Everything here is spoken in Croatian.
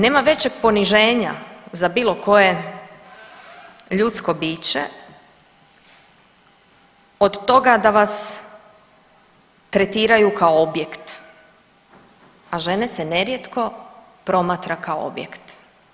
Nema većeg poniženja za bilo koje ljudsko biće od toga da vas tretiraju kao objekt, a žene se nerijetko promatra kao objekt.